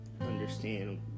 understand